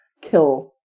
kill